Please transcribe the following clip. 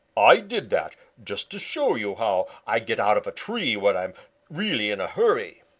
i did that just to show you how i get out of a tree when i am really in a hurry,